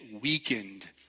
weakened